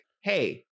hey